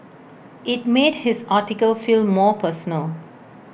IT made his article feel more personal